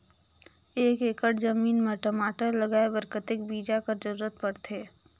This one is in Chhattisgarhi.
एक एकड़ जमीन म टमाटर लगाय बर कतेक बीजा कर जरूरत पड़थे?